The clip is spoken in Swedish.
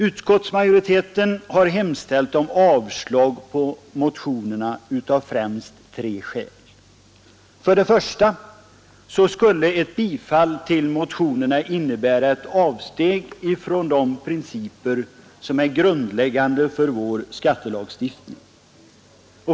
Utskottsmajoriteten har yrkat avslag på motionerna av främst tre skäl. För det första skulle ett bifall till motionerna innebära ett avsteg från de principer som är grundläggande för vår skattelagstiftning.